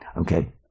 okay